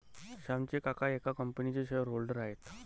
श्यामचे काका एका कंपनीचे शेअर होल्डर आहेत